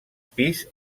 pis